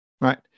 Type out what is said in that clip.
Right